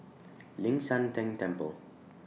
Ling San Teng Temple